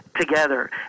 together